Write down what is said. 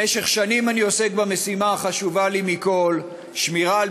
במשך שנים אני עוסק במשימה החשובה לי מכול: שמירה על